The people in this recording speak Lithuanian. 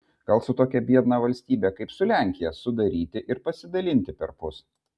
gal su tokia biedna valstybe kaip su lenkija sudaryti ir pasidalinti perpus